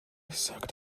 sucked